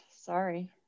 Sorry